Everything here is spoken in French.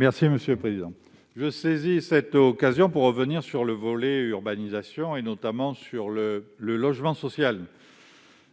explication de vote. Je saisis cette occasion pour revenir sur le volet urbanisation, notamment sur le logement social.